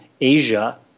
Asia